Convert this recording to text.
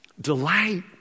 delight